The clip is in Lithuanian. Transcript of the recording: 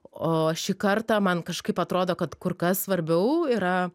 o šį kartą man kažkaip atrodo kad kur kas svarbiau yra